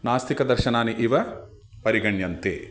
नास्तिकदर्शनानि इव परिगण्यन्ते